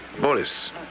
Boris